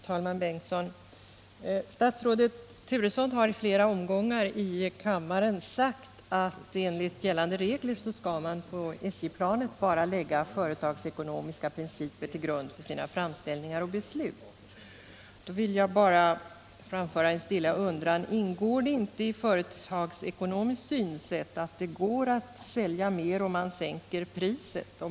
Herr talman! Statsrådet Turesson har i flera omgångar i kammaren sagt att enligt gällande regler skall man på SJ-planet bara lägga företagsekonomiska principer till grund för sina framställningar och beslut. Jag vill då bara framföra en stilla undran: Ingår det inte i företagsekonomiskt synsätt att det går att sälja mer om man sänker priset?